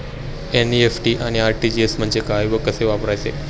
NEFT आणि RTGS म्हणजे काय व कसे वापरायचे?